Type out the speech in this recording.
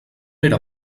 era